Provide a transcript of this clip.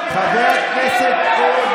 אינה נוכחת חבר הכנסת עודה,